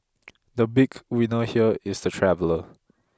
the big winner here is the traveller